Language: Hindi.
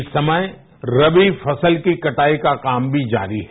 इस समय रवी फसल की कटाई का काम भी जारी है